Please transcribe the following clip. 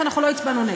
לא הצבענו נגד,